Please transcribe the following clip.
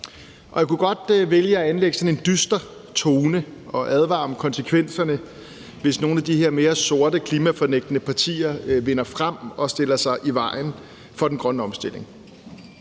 Jeg kunne godt vælge at anlægge sådan en dyster tone og advare om konsekvenserne, hvis nogle af de her mere sorte klimafornægtende partier vinder frem og stiller sig i vejen for den grønne omstilling.